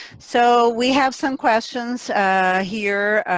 so we have some questions here.